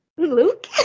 Luke